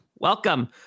Welcome